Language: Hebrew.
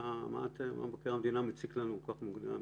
מה מבקר המדינה מציק לנו כל כך מוקדם?